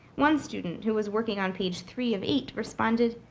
one student who was working on page three of eight responded,